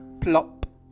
plop